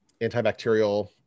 antibacterial